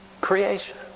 creation